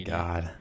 god